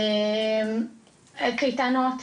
קייטנות,